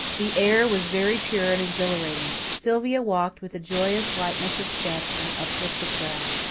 the air was very pure and exhilarating. sylvia walked with a joyous lightness of step and uplift of brow.